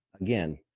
again